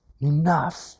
enough